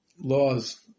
laws